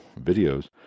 videos